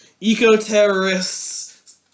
Eco-terrorists